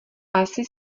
asi